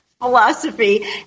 philosophy